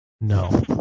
No